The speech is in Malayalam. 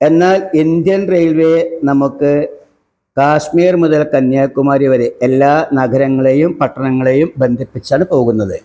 എന്നാൽ ഇന്ത്യൻ റെയിൽവേ നമുക്ക് കശ്മീർ മുതൽ കന്യാകുമാരി വരെ എല്ലാ നഗരങ്ങളെയും പട്ടണങ്ങളെയും ബന്ധിപ്പിച്ചാണ് പോകുന്നത്